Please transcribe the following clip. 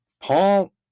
Paul